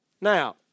Now